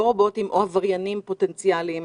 לא רובוטים או עבריינים פוטנציאליים,